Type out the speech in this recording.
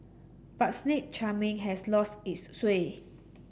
but snake charming has lost its sway